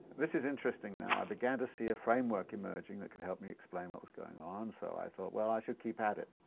this is interesting, now, i began to see a framework emerging that could help me explain what was going on. so i thought well, i should keep at it.